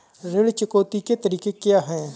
ऋण चुकौती के तरीके क्या हैं?